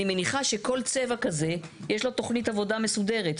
לכל צבע יש תוכנית עבודה מסודרת.